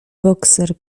bokser